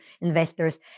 investors